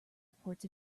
reports